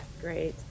Great